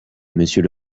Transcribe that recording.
monsieur